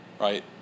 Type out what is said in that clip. right